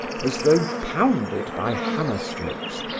as though pounded by hammer strokes,